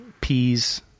Peas